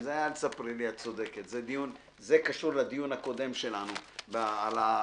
זה קשור לדיון הקודם שלנו על התחב"צ,